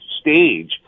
stage